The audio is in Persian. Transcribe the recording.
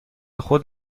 خود